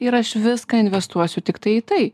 ir aš viską investuosiu tiktai į tai